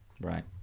right